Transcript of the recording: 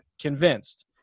convinced